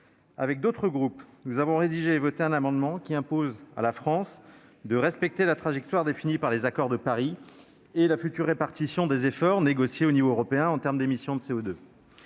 Avec d'autres groupes, nous avons rédigé et voté un amendement tendant à imposer à la France de respecter la trajectoire définie par les accords de Paris et la future répartition des efforts négociée au niveau européen en termes d'émissions de CO2.